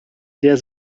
der